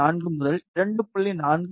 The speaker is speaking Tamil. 4 முதல் 2